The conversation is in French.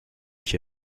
qui